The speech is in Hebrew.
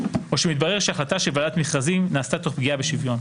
או כשמתברר שהחלטה של ועדת מכרזים נעשתה תוך פגיעה בשוויון.